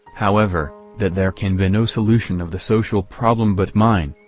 however, that there can be no solution of the social problem but mine.